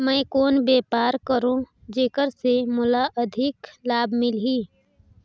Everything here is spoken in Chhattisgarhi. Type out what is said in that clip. मैं कौन व्यापार करो जेकर से मोला अधिक लाभ मिलही?